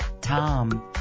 Tom